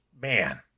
man